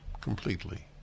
completely